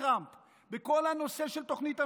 טראמפ עם כל הנושא של תוכנית המאה,